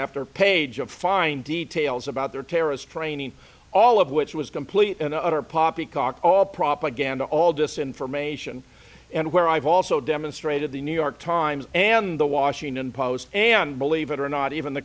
after page of fine details about their terrorist training all of which was complete and utter poppycock all propaganda all this information and where i've also demonstrated the new york times and the washington post and believe it or not even the